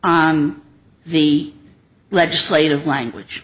on the legislative language